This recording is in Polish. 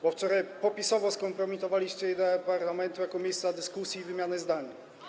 Bo wczoraj popisowo skompromitowaliście ideę parlamentu jako miejsca dyskusji i wymiany zdań.